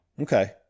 Okay